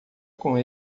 com